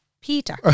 Peter